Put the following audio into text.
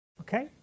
Okay